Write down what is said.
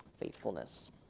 Faithfulness